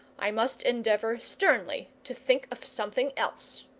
i must endeavour sternly to think of something else.